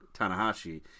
Tanahashi